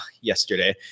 yesterday